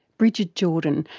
brigid jordan,